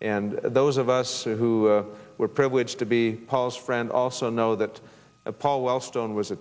and those of us who were privileged to be paul's friend also know that paul wellstone was a